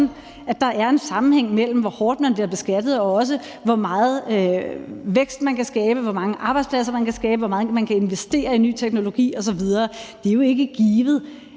at der er en sammenhæng mellem, hvor hårdt man bliver beskattet, og så hvor meget vækst man kan skabe, hvor mange arbejdspladser man kan skabe, og hvor meget man kan investere i ny teknologi osv. Det er jo ikke givet,